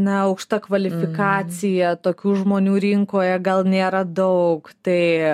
na aukšta kvalifikacija tokių žmonių rinkoje gal nėra daug tai